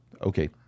Okay